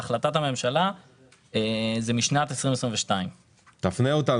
בהחלטת הממשלה זה משנת 2022. תפנה אותנו,